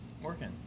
working